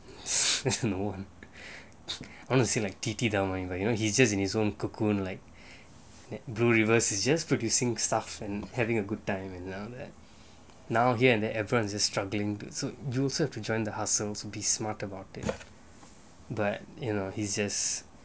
I don't know honestly like T_T down when you but you know he just in his own cocoon like blue river it's just producing stuff and having a good time and now that now here and there everone is struggling to suit you also have to join the hustle to be smart about it but you know he's just